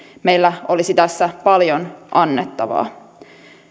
meillä olisi tässä paljon annettavaa